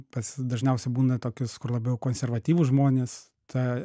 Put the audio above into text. pas dažniausia būna tokius kur labiau konservatyvūs žmonės ta